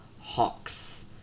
Hawks